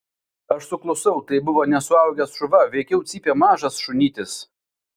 aš suklusau tai buvo ne suaugęs šuva veikiau cypė mažas šunytis